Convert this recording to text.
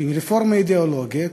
זאת רפורמה אידיאולוגית,